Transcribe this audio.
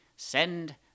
Send